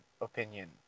opinion